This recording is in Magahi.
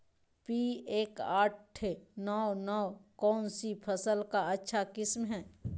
पी एक आठ नौ नौ कौन सी फसल का अच्छा किस्म हैं?